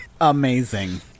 Amazing